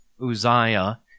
Uzziah